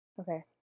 okay